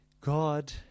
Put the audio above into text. God